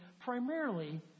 Primarily